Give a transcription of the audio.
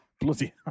Bloody